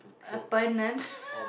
up and then